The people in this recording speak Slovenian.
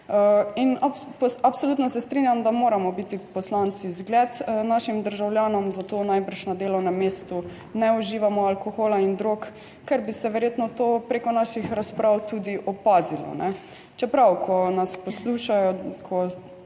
In absolutno se strinjam, da moramo biti poslanci zgled našim državljanom, zato najbrž na delovnem mestu ne uživamo alkohola in drog, ker bi se verjetno to preko naših razprav tudi opazilo, čeprav ko nas poslušajo, ko